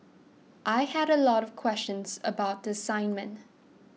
I had a lot of questions about the assignment